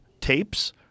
tapes